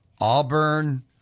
Auburn